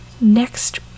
next